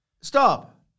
Stop